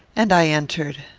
and i entered.